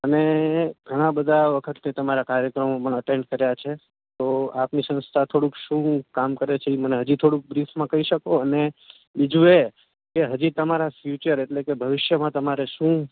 અને ઘણાં બધા વખતથી તમારા કાર્યક્રમો પણ ઍટેન્ડ કર્યા છે તો આપની સંસ્થા થોડુંક શું કામ કરે છે એ મને હજી થોડું બ્રીફમાં કહી શકો અને બીજું એ કે હજી તમારા ફ્યુચર એટલે કે ભવિષ્યમાં તમારે શું